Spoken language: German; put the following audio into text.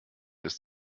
ist